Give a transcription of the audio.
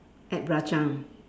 add belacan